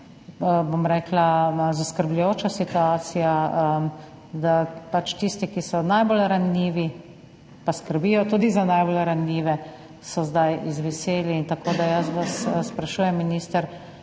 zelo, zelo zaskrbljujoča situacija, da pač tisti, ki so najbolj ranljivi, pa skrbijo tudi za najbolj ranljive, so zdaj izviseli. Jaz vas sprašujem, minister: